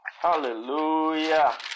Hallelujah